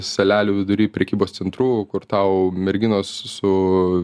salelių vidury prekybos centrų kur tau merginos su